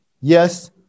yes